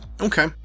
okay